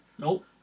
Nope